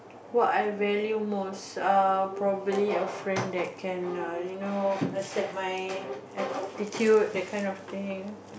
what I value most err probably a friend that can err you know accept my attitude that kind of thing